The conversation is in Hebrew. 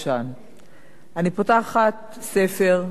אני פותחת ספר, כל ספר,